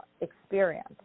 experience